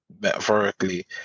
metaphorically